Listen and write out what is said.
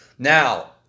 Now